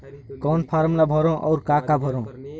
कौन फारम ला भरो और काका भरो?